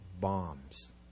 bombs